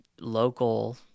local